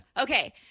Okay